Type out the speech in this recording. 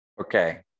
Okay